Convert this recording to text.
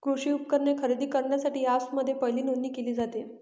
कृषी उपकरणे खरेदी करण्यासाठी अँपप्समध्ये पहिली नोंदणी केली जाते